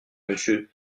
monsieur